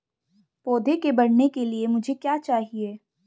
पौधे के बढ़ने के लिए मुझे क्या चाहिए?